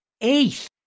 eighth